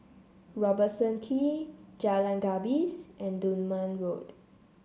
Robertson Quay Jalan Gapis and Dunman Road